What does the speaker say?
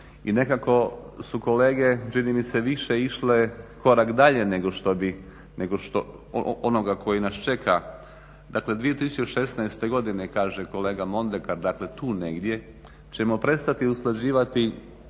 i nekako su kolege čini mi se išle korak dalje nego što bi, onoga koji nas čeka, dakle 2016. godine kaže kolega Mondekar, dakle tu negdje ćemo prestati usklađivati